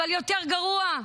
אבל יותר גרוע,